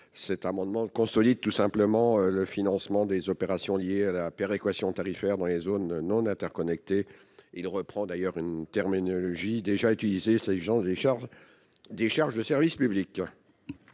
Cet amendement vise à consolider le financement des opérations liées à la péréquation tarifaire dans les zones non interconnectées, en reprenant d’ailleurs une terminologie déjà utilisée en matière de charges de service public.